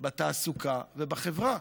בתעסוקה ובחברה.